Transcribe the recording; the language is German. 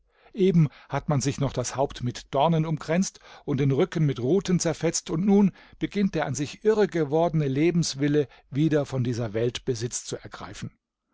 eben hat man sich noch das haupt mit dornen umkränzt und den rücken mit ruten zerfetzt und nun beginnt der an sich irre gewordene lebenswille wieder von dieser welt besitz zu ergreifen